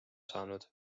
saanud